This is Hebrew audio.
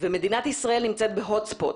מדינת ישראל נמצאת ב-הוט ספוט.